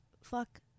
fuck